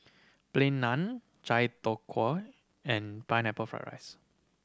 Plain Naan chai tow kway and Pineapple Fried rice